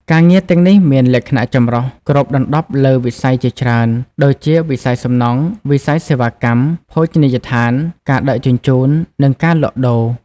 ការងារទាំងនេះមានលក្ខណៈ ចម្រុះ គ្របដណ្តប់លើវិស័យជាច្រើន ដូចជា វិស័យសំណង់ វិស័យសេវាកម្ម ភោជនីយដ្ឋាន ការដឹកជញ្ជូន និងការលក់ដូរ។